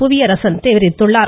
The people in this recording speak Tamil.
புவியரசன் தெரிவித்துள்ளார்